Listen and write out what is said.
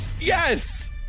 YES